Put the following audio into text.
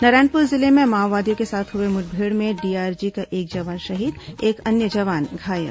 नारायणपुर जिले में माओवादियों के साथ हुई मुठमेड़ में डीआरजी का एक जवान शहीद एक अन्य जवान घायल